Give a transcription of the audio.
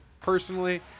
personally